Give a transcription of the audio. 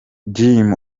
jim